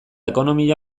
ekonomia